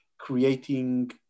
creating